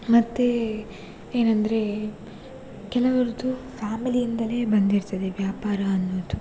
ಮತ್ತು ಏನಂದರೆ ಕೆಲವರದ್ದು ಫ್ಯಾಮಿಲಿಯಿಂದಲೇ ಬಂದಿರ್ತದೆ ವ್ಯಾಪಾರ ಅನ್ನೋದು